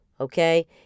Okay